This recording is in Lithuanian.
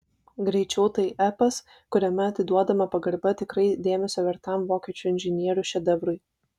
greičiau tai epas kuriame atiduodama pagarba tikrai dėmesio vertam vokiečių inžinierių šedevrui